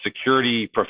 security